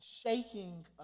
shaking